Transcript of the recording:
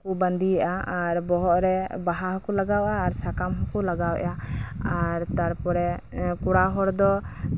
ᱠᱚ ᱵᱟᱸᱫᱮᱜᱼᱟ ᱟᱨ ᱵᱚᱦᱚᱜ ᱨᱮ ᱵᱟᱦᱟ ᱦᱚᱸᱠᱚ ᱞᱟᱜᱟᱣᱟ ᱟᱨ ᱥᱟᱠᱟᱢ ᱦᱚᱸᱠᱚ ᱞᱟᱜᱟᱣᱮᱜᱼᱟ ᱮᱸᱜ ᱛᱟᱨᱯᱚᱨᱮ ᱠᱚᱲᱟ ᱦᱚᱲ ᱫᱚ